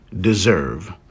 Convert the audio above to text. deserve